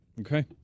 okay